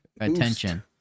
attention